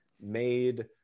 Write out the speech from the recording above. made